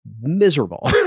miserable